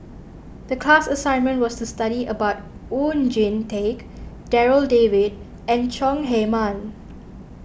the class assignment was to study about Oon Jin Teik Darryl David and Chong Heman